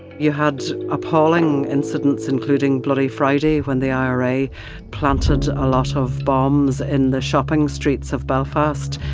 you had appalling incidents, including bloody friday, when the ira planted a lot of bombs in the shopping streets of belfast,